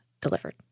delivered